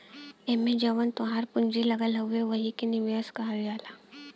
एम्मे जवन तोहार पूँजी लगल हउवे वही के निवेश कहल जाला